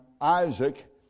Isaac